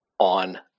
on